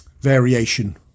variation